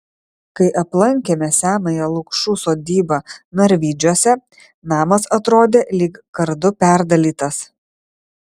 kai aplankėme senąją lukšų sodybą narvydžiuose namas atrodė lyg kardu perdalytas